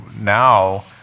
now